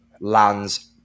lands